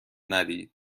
ندید